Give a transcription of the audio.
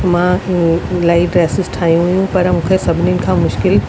मां ही इलाही ड्रेसिस ठाहियूं हुयूं पर मूंखे सभिनिनि खां मुश्किल